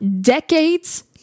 decades